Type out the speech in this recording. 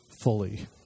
fully